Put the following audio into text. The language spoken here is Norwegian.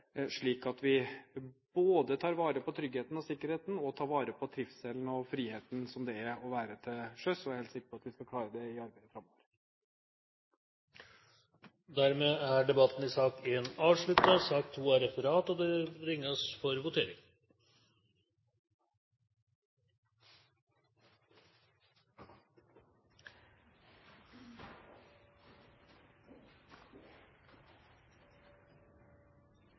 slik at vi både tar vare på tryggheten og sikkerheten og tar vare på trivselen og friheten som det er å være til sjøs. Jeg er helt sikker på at vi skal klare det i arbeidet framover. Dermed er debatten i sak nr. 1 avsluttet. I sak nr. 1 foreligger det ikke noe voteringstema. Dermed er